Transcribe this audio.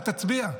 אל תצביע.